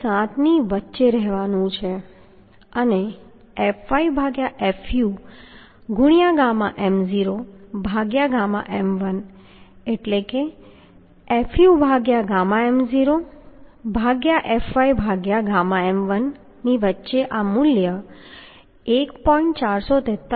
7 ની વચ્ચે સંતોષવાનું છે અને fy ભાગ્યા fu ગુણ્યાં ગામા m0 ભાગ્યા ગામા m1 એટલે કે fu ભાગ્યા ગામા m0 ભાગ્યા fy ભાગ્યા ગામા m1 ની વચ્ચે આ મૂલ્ય આ 1